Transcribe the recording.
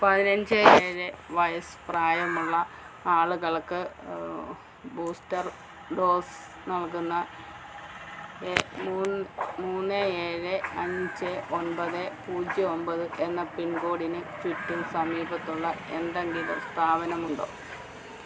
പതിനഞ്ച് ഏഴ് വയസ് പ്രായമുള്ള ആളുകൾക്ക് ബൂസ്റ്റർ ഡോസ് നൽകുന്ന മൂന്ന് ഏഴ് അഞ്ച് ഒമ്പത് പൂജ്യം ഒമ്പത് എന്ന പിൻ കോഡിന് ചുറ്റും സമീപത്തുള്ള എന്തെങ്കിലും സ്ഥാപനമുണ്ടോ